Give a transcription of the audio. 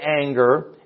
anger